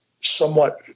somewhat